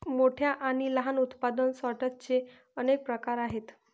मोठ्या आणि लहान उत्पादन सॉर्टर्सचे अनेक प्रकार आहेत